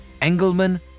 Engelman